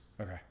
okay